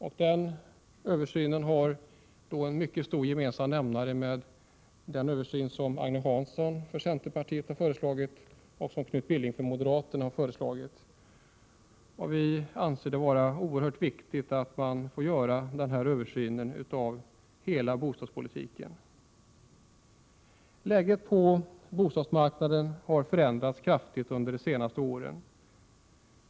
När det gäller denna översyn finns en betydande gemensam nämnare i fråga om den översyn som Agne Hansson har föreslagit och som Knut Billing för moderaternas del förordat. Vi anser det vara oerhört viktigt att man får göra denna översyn av hela bostadspolitiken. Läget på bostadsmarknaden har förändrats kraftigt under de senaste åren.